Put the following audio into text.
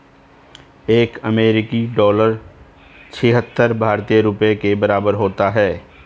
एक अमेरिकी डॉलर छिहत्तर भारतीय रुपये के बराबर होता है